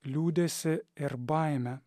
liūdesį ir baimę